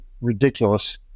ridiculous